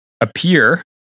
appear